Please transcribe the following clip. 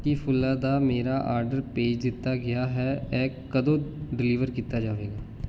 ਕੀ ਫੁੱਲਾਂ ਦਾ ਮੇਰਾ ਆਰਡਰ ਭੇਜ ਦਿੱਤਾ ਗਿਆ ਹੈ ਇਹ ਕਦੋਂ ਡਿਲੀਵਰ ਕੀਤਾ ਜਾਵੇਗਾ